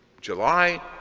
July